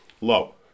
low